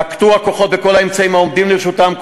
נקטו הכוחות את כל האמצעים העומדים לרשותם,